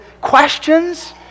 questions